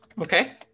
Okay